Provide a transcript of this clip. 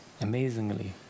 amazingly